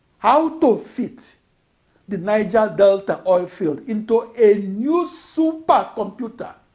how to fit the niger-delta oilfield into a new supercomputer